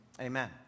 Amen